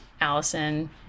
Allison